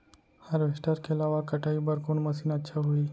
Harvester के अलावा कटाई बर कोन मशीन अच्छा होही?